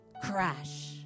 crash